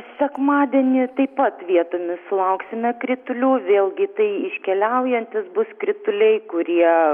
sekmadienį taip pat vietomis sulauksime kritulių vėlgi tai iškeliaujantys bus krituliai kurie